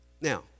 Now